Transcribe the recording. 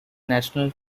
national